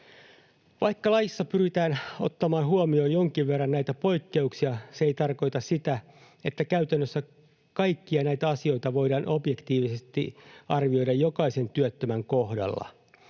Vaikka laissa pyritään ottamaan huomioon jonkin verran näitä poikkeuksia, se ei tarkoita sitä, että käytännössä kaikkia näitä asioita voidaan objektiivisesti arvioida jokaisen työttömän kohdalla.